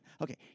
Okay